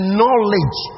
knowledge